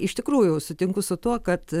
iš tikrųjų sutinku su tuo kad